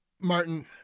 Martin